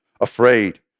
afraid